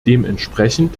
dementsprechend